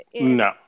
No